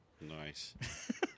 Nice